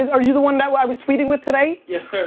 and are you the one who i was tweeting with today? yes, sir.